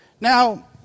Now